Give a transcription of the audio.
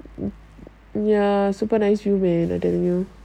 ya super nice view